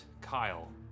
Kyle